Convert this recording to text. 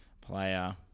player